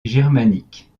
germanique